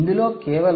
ఇందులో కేవలం 0